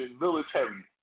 military